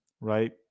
right